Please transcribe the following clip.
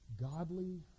Godly